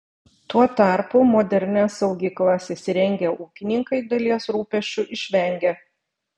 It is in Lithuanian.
tuo tarpu modernias saugyklas įsirengę ūkininkai dalies rūpesčių išvengia